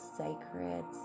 sacred